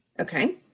Okay